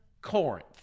Corinth